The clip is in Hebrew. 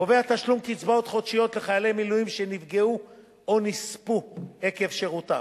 קובע תשלום קצבאות חודשיות לחיילי מילואים שנפגעו או נספו עקב שירותם,